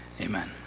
Amen